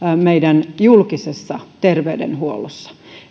meidän julkisessa terveydenhuollossa